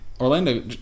orlando